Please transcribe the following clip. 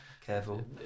Careful